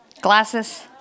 glasses